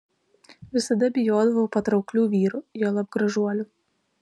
visada bijodavau patrauklių vyrų juolab gražuolių